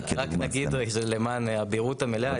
רק נגיד למען הבהירות המלאה,